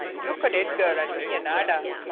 look at edgar and me and i da.